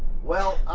well,